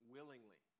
Willingly